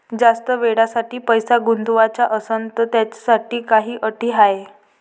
जास्त वेळेसाठी पैसा गुंतवाचा असनं त त्याच्यासाठी काही अटी हाय?